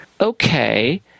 okay